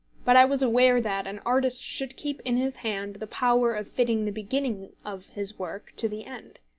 but i was aware that an artist should keep in his hand the power of fitting the beginning of his work to the end.